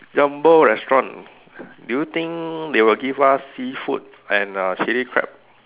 Jumbo restaurant do you think they will give us seafood and uh chili crab